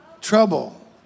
trouble